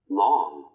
long